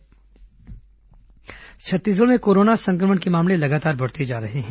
corona मरीज छत्तीसगढ़ में Corona संक्रमण के मामले लगातार बढ़ते जा रहे हैं